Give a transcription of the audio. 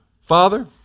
father